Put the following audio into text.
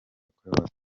yakorewe